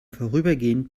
vorübergehend